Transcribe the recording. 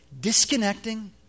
Disconnecting